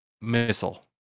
missile